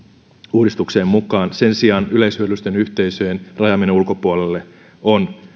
uudistukseen mukaan sen sijaan yleishyödyllisten yhteisöjen rajaaminen ulkopuolelle on